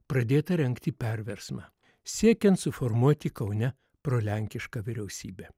pradėta rengti perversmą siekiant suformuoti kaune prolenkišką vyriausybę